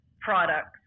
products